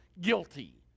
guilty